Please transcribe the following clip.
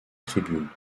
tribune